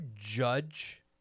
judge